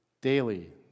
daily